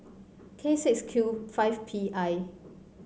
K six Q five P I